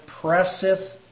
presseth